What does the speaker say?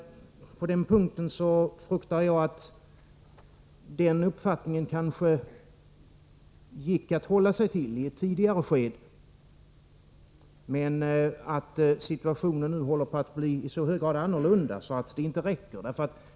Den uppfattningen gick kanske att hålla sig till i ett tidigare skede, men på den punkten fruktar jag att situationen nu håller på att bli i så hög grad annorlunda att en sådan uppfattning inte duger.